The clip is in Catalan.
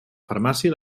farmàcia